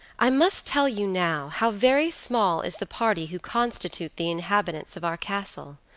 i must tell you now, how very small is the party who constitute the inhabitants of our castle.